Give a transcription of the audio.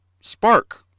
spark